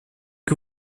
que